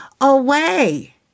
away